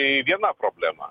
tai viena problema